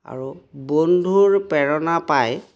আৰু বন্ধুৰ প্ৰেৰণা পায়